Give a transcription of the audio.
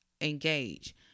engage